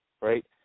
Right